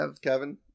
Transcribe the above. Kevin